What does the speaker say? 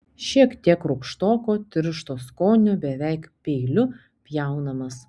šiek tiek rūgštoko tiršto skonio beveik peiliu pjaunamas